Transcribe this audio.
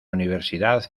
universidad